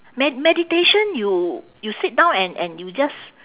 med~ meditation you you sit down and and you just